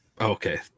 Okay